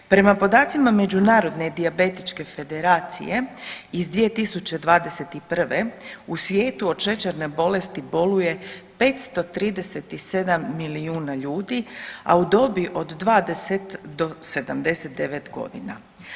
Prema podacima Međunarodne dijabetičke federacije iz 2021. u svijetu od šećerne bolesti boluje 53 milijuna ljudi, a u dobi od 20 do 79 godina.